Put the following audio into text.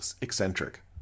eccentric